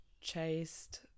chased